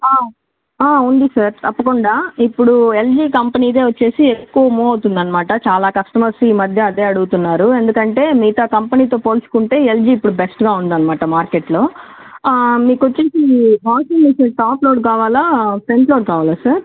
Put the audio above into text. అ ఆ ఉంది సార్ తప్పకుండా ఇప్పుడు ఎల్జి కంపెనీదే వచ్చి ఎక్కువ మూవ్ అవుతోంది అన్నమాట చాలా కస్టమర్స్ ఈ మధ్య అదే అడుగుతున్నారు ఎందుకంటే మిగతా కంపెనీతో పోల్చుకుంటే ఎల్జి ఇప్పుడు బెస్ట్గా ఉంది అన్నమాట మార్కెట్లో మీకు వచ్చి వాషింగ్ మెషిన్ టాప్ లోడ్ కావాలా ఫ్రంట్ లోడ్ కావాలా సార్